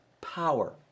power